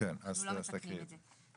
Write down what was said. אנחנו לא מתקנים את זה.